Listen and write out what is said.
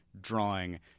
drawing